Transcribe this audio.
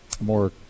more